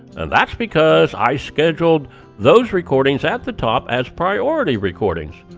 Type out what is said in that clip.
and that's because i scheduled those recordings at the top as priority recordings.